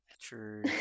True